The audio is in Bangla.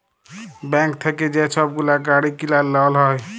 ব্যাংক থ্যাইকে যে ছব গুলা গাড়ি কিলার লল হ্যয়